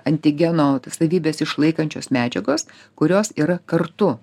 antigeno savybes išlaikančios medžiagos kurios yra kartu